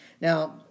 Now